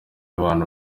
abantu